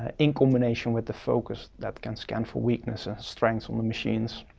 ah in combination with the focus that can scan for weakness and strengths on the machines.